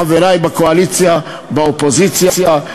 חברי בקואליציה ובאופוזיציה,